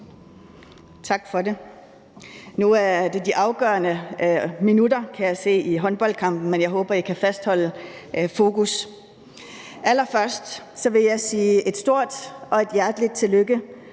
Tak for det. Nu er det de afgørende minutter, kan jeg se, i håndboldkampen, men jeg håber, I kan fastholde fokus. Allerførst vil jeg sige et stort og hjerteligt tillykke